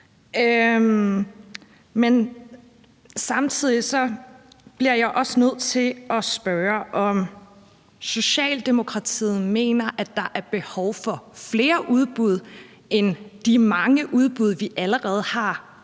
Men samtidig bliver jeg også nødt til at spørge, om Socialdemokratiet mener, at der er behov for flere udbud end de mange udbud, vi allerede har